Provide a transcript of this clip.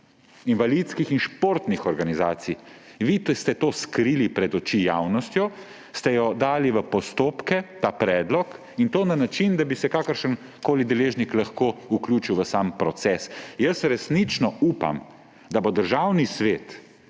invalidskih in športnih organizacij. Vi, ki ste ta predlog skrili pred očmi javnosti, ste ga dali v postopke, in to na način, da bi se kakršenkoli deležnik lahko vključil v sam proces. Jaz resnično upam, da bo Državni svet